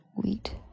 wheat